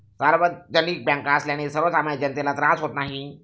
सार्वजनिक बँका असल्याने सर्वसामान्य जनतेला त्रास होत नाही